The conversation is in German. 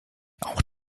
auch